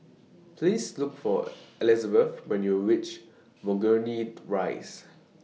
Please Look For Elisabeth when YOU REACH Burgundy Rise